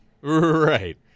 Right